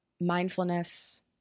mindfulness